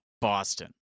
Boston